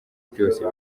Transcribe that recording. byose